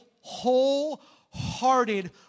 wholehearted